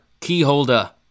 keyholder